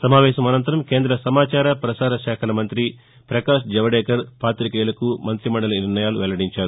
సమావేశం అనంతరం కేంద్ర సమాచార ప్రసార శాఖ మంతి ప్రకాష్ జవడేకర్ పాతికేయులకు మంత్రిమండలి నిర్ణయాలను వెల్లడించారు